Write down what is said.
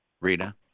Rita